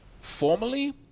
formally